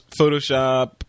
Photoshop